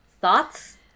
Thoughts